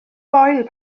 foel